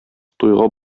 туйга